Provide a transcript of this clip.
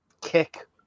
kick